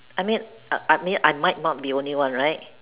I mean I mean I might not be the only one right